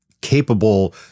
capable